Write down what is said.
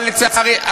אבל לצערי,